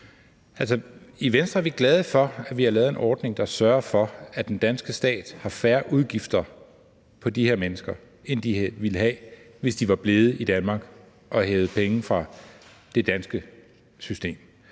i Venstre er vi glade for, at vi har lavet en ordning, der sørger for, at den danske stat har færre udgifter til de her mennesker, end den ville have, hvis de var blevet i Danmark og havde hævet penge fra det danske system.